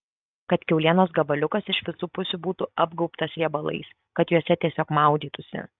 kad kiaulienos gabaliukas iš visų pusių būtų apgaubtas riebalais kad juose tiesiog maudytųsi